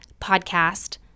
podcast